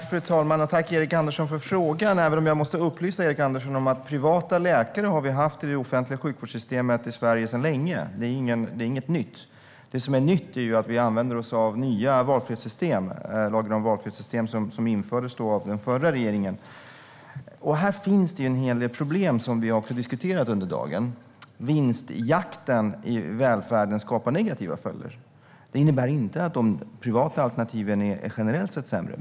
Fru talman! Jag tackar Erik Andersson för frågan. Men jag måste upplysa honom om att vi har haft privata läkare i det offentliga sjukvårdssystemet i Sverige sedan länge. Det är inget nytt. Det som är nytt är att vi använder oss av nya valfrihetssystem - lagen om valfrihetssystem som infördes av den förra regeringen. Här finns det en hel del problem som vi har diskuterat under dagen. Vinstjakten i välfärden får negativa följder. Det innebär inte att de privata alternativen generellt sett är sämre.